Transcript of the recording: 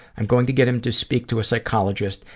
i'm going to get him to speak to a psychologist,